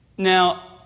Now